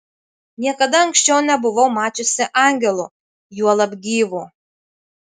niekada anksčiau nebuvau mačiusi angelo juolab gyvo